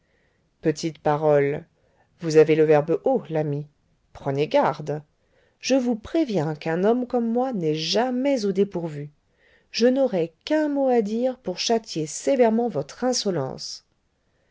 petite parole vous avez le verbe haut l'ami prenez garde je vous préviens qu'un homme comme moi n'est jamais au dépourvu je n'aurais qu'un mot à dire pour châtier sévèrement votre insolence